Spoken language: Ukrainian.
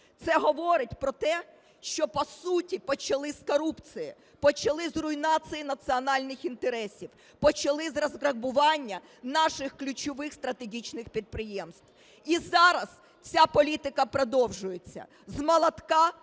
Це говорить про те, що по суті почали з корупції, почали з руйнації національних інтересів, почали з розграбування наших ключових стратегічних підприємств. І зараз ця політика продовжується: з молотка